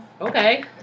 okay